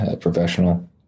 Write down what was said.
professional